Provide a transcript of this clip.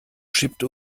schiebt